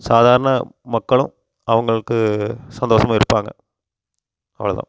சாதாரண மக்களும் அவங்களுக்கு சந்தோஷமாக இருப்பாங்க அவ்வளோ தான்